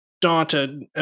daunted